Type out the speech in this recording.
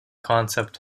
concept